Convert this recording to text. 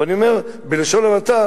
ואני אומר: בלשון המעטה,